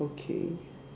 okay